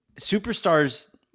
Superstars